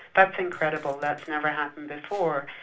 that's incredible. that's never happened before,